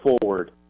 forward